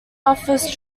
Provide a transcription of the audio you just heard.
office